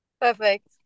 perfect